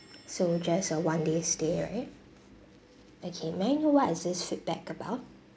so just a one day stay right okay may I know what is this feedback about